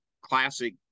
classic